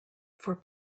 for